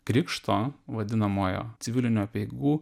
krikšto vadinamojo civilinių apeigų